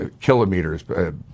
kilometers